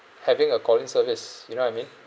having a call-in service you know what I mean